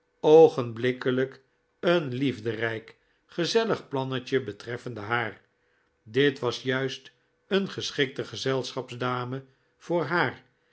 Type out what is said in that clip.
oogenblikkelijk een liefderijk gezellig plannetje betreffende haar dit was juist een geschikte gezelschapsdame voor haar